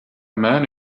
man